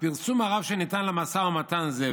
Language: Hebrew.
הפרסום הרב שניתן למשא ומתן זה,